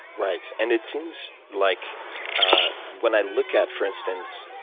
right. and it seems like when i look at, for instance,